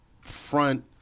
front –